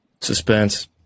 Suspense